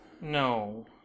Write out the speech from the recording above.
No